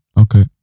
Okay